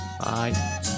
Bye